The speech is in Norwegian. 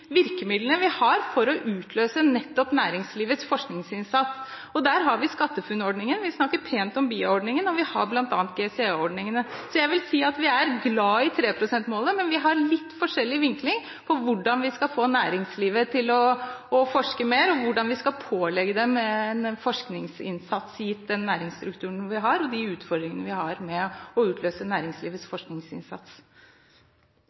virkemidlene vi har for å utløse nettopp næringslivets forskningsinnsats. Der har vi SkatteFUNN-ordningen, vi snakker pent om BIA-ordningen, og vi har bl.a. GCE-ordningene. Jeg vil si at vi er glad i 3 pst.-målet, men vi har litt forskjellig vinkling på hvordan vi skal få næringslivet til å forske mer, og hvordan vi skal pålegge dem en forskningsinnsats gitt den næringsstrukturen vi har, og de utfordringene vi har med å utløse næringslivets